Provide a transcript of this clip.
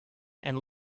and